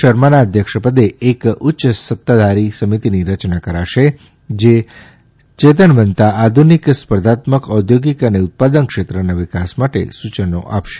શર્માના અધ્યક્ષ પદે એક ઉચ્ય સત્તાધારી સમિતિની રચના કરાશે જે ચેતનવંતા આધુનીક સ્પર્ધાત્મક ઔદ્યોગીક અને ઉત્પાદન ક્ષેત્રના વિકાસ માટે સુચનો આપશે